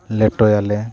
ᱞᱮᱴᱚᱭᱟᱞᱮ